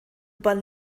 bahn